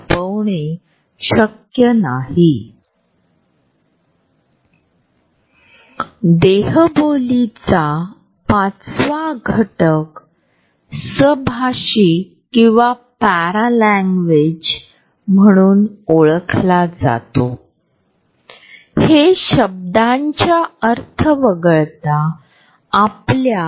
स्वतःचा वैयक्तिक झोन हा शरीराच्या जवळच्या संभाव्य संपर्कापासून ते १८ इंचापर्यंत आहे जो स्वतःला कुजबुजण्यासाठी स्वतःशी संवाद करण्यासाठी आरामदायक आहे